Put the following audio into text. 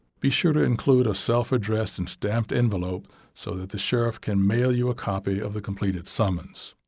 be sure to include a self-addressed and stamped envelope so that the sheriff can mail you a copy of the completed summons.